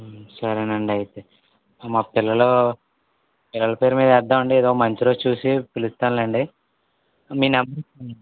సరేనండి అయితే మా పిల్లలు పిల్లల పేరు మీద వేద్దాం అండి ఎదో మంచిరోజు చూసి పిలుస్తానులేండి మీ నంబరు